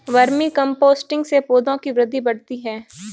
vermi composting से पौधों की वृद्धि बढ़ती है